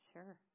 Sure